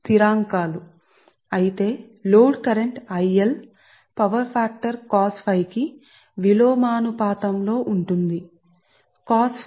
అది ɸ స్థిరం cosɸస్థిరం గా ఉంటుంది అప్పుడు cosϕ తక్కువగా ఉంటే V స్థిరంగా ఉంటే ఎక్కువ